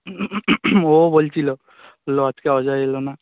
ও বলছিলো বলল আজকে অজায় এলো না